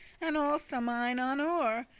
and also mine honour,